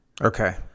Okay